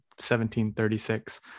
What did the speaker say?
1736